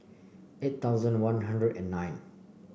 eight thousand One Hundred and nine